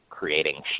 creating